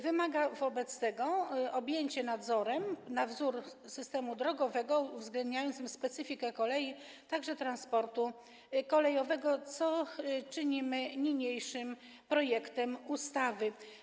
Wymaga wobec tego objęcia nadzorem na wzór systemu drogowego uwzględniającym specyfikę kolei, także transportu kolejowego, co czynimy niniejszym projektem ustawy.